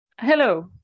Hello